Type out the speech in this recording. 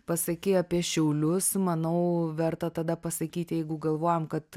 pasakei apie šiaulius manau verta tada pasakyti jeigu galvojam kad